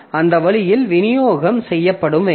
அந்த வழியில் விநியோகம் செய்யப்பட வேண்டும்